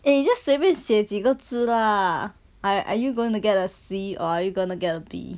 eh 你 just 随便写几个字 lah are are you going to get a C or are you gonna get a B